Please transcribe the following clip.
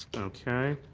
okay.